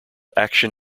action